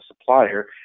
supplier